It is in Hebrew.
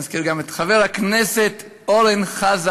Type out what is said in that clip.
נזכיר גם את חבר הכנסת אורן חזן,